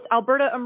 Alberta